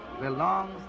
belongs